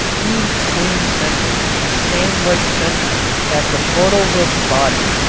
these twin senses stand like sentries at the portals of the body,